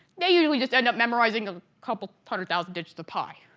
they usually just end up memorizing a couple hundred thousand digits of pi.